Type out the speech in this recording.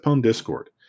Discord